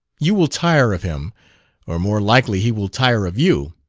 you will tire of him or more likely he will tire of you.